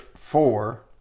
four